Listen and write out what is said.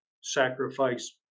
sacrifice